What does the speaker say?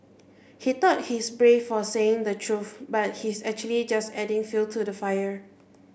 he thought he's brave for saying the truth but he's actually just adding fuel to the fire